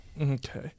Okay